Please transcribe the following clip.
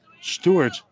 Stewart